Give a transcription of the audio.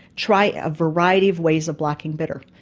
try a variety of ways of blocking bitter.